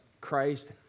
Christ